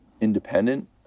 independent